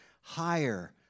higher